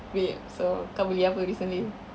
wait so kau beli apa recently